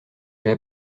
j’ai